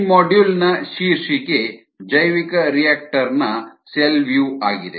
ಈ ಮಾಡ್ಯೂಲ್ನ ಶೀರ್ಷಿಕೆ ಜೈವಿಕರಿಯಾಕ್ಟರ್ನ ಸೆಲ್ ವ್ಯೂ ಆಗಿದೆ